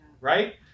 Right